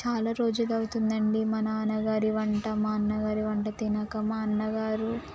చాలా రోజులు అవుతుంది అండి మా నాన్నగారి వంట మా అన్నగారి వంట తినక మా అన్నగారు